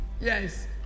Yes